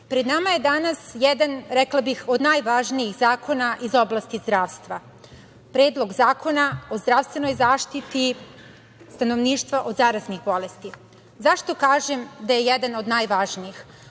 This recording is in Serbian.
pred nama je danas jedan, rekla bih, od najvažnijih zakona iz oblasti zdravstva, Predlog zakona o zdravstvenoj zaštiti stanovništva od zaraznih bolesti.Zašto kažem da je jedan od najvažnijih?